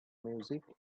music